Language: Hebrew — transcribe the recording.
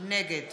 נגד